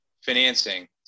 financing